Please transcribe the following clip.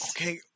Okay